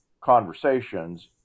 conversations